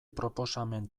proposamen